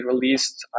released